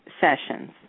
sessions